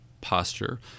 posture